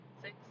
six